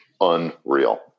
unreal